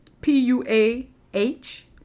P-U-A-H